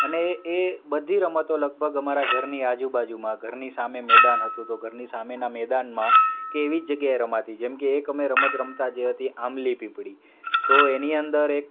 ને એ બધી રમતો લગભગ અમારા ઘરની આજુબાજુમાં ઘરની સામે મેદાન હતું તો ઘરની સામેના મેદાનમાં કે એવી જ જગ્યાએ રમાતી જેમકે એક અમે રમત રમતા જે હતી આંબલી પીપળી તો એની અંદર એક